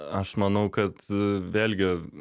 aš manau kad vėlgi